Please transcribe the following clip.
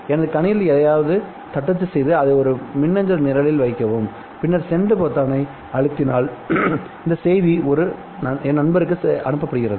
எனது கணினியில் எதையாவது தட்டச்சு செய்து அதை ஒரு மின்னஞ்சல் நிரலில் வைக்கவும் பின்னர் சென்ட் பொத்தானை அழுத்தினால் இந்த செய்தி என் நண்பருக்கு அனுப்பப்படுகிறது